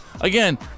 again